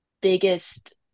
biggest